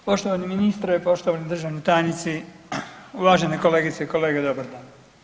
Poštovani ministre, poštovani državni tajnici, uvažene kolegice i kolege, dobar dan.